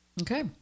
okay